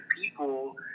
people